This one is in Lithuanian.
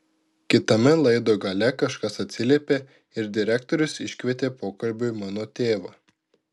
kitame laido gale kažkas atsiliepė ir direktorius iškvietė pokalbiui mano tėvą